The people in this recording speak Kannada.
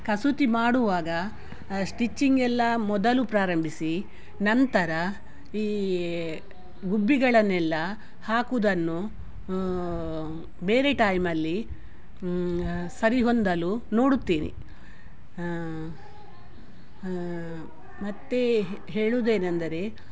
ಕಸೂತಿ ಮಾಡುವಾಗ ಸ್ಟಿಚಿಂಗೆಲ್ಲ ಮೊದಲು ಪ್ರಾರಂಭಿಸಿ ನಂತರ ಈ ಗುಬ್ಬಿಗಳನ್ನೆಲ್ಲ ಹಾಕುವುದನ್ನು ಬೇರೆ ಟೈಮಲ್ಲಿ ಸರಿ ಹೊಂದಲು ನೋಡುತ್ತೇನೆ ಮತ್ತೆ ಹೆ ಹೇಳುವುದೇನೆಂದರೆ